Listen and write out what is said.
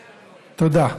תודה.